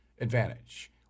advantage